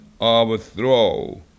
overthrow